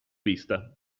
vista